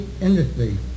industry